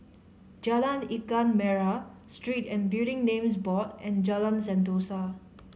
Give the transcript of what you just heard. Jalan Ikan Merah Street and Building Names Board and Jalan Sentosa